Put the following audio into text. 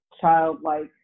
childlike